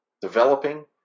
developing